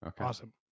Awesome